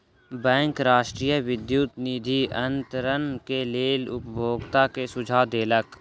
bank राष्ट्रीय विद्युत निधि अन्तरण के लेल उपभोगता के सुझाव देलक